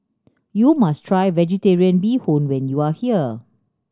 you must try Vegetarian Bee Hoon when you are here